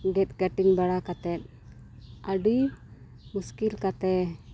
ᱜᱮᱫ ᱠᱟᱹᱴᱤᱝ ᱵᱟᱲᱟ ᱠᱟᱛᱮ ᱟᱹᱰᱤ ᱢᱩᱥᱠᱤᱞ ᱠᱟᱛᱮ